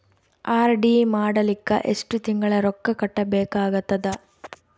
RD ಮಾಡಲಿಕ್ಕ ಎಷ್ಟು ತಿಂಗಳ ರೊಕ್ಕ ಕಟ್ಟಬೇಕಾಗತದ?